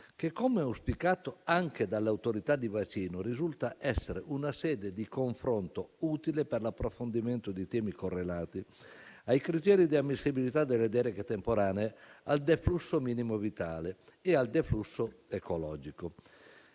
che, come auspicato anche dalle Autorità di bacino, risulta essere una sede di confronto utile per l'approfondimento dei temi correlati ai criteri di ammissibilità delle deroghe temporanee al deflusso minimo vitale e al deflusso ecologico